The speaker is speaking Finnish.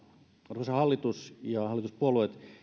arvoisa hallitus ja hallituspuolueet